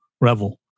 revel